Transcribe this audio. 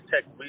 tech